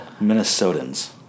Minnesotans